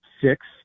six